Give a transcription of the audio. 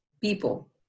people